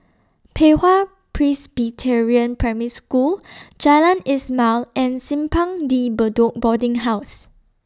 Pei Hwa Presbyterian Primary School Jalan Ismail and Simpang De Bedok Boarding House